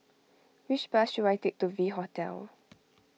which bus should I take to V Hotel